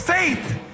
Faith